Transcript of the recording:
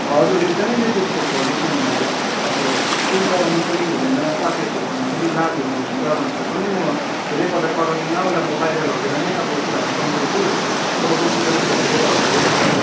हजुर एकदमै डिसरेसपेक्ट गर्दैछ नि हजुर अब केही कराउनु पनि हुँदैन साथीहरूको छेउमा फेरि लाजहरू हुन्छ भनेर पनि म धेरै पटक कराउँदिनँ उसलाई बाहिर लगेर नै अब कुराहरू सम्झाउँछु तर पनि एकदमै झर्केरहरू बोल्छ